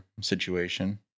situation